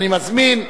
אני מזמין,